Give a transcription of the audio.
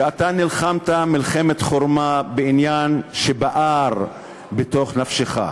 שאתה נלחמת מלחמת חורמה בעניין, שבער בתוך נפשך.